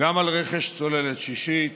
גם על רכש צוללת שישית